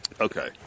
Okay